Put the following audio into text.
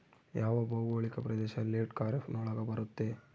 ಯಾವ ಭೌಗೋಳಿಕ ಪ್ರದೇಶ ಲೇಟ್ ಖಾರೇಫ್ ನೊಳಗ ಬರುತ್ತೆ?